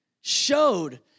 showed